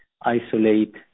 isolate